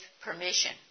permission